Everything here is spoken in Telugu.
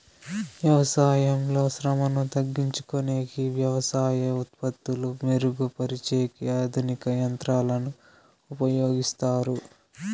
వ్యవసాయంలో శ్రమను తగ్గించుకొనేకి వ్యవసాయ ఉత్పత్తులు మెరుగు పరిచేకి ఆధునిక యంత్రాలను ఉపయోగిస్తారు